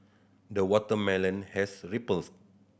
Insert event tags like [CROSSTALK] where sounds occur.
the watermelon has [UNINTELLIGIBLE]